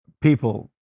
people